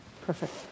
Perfect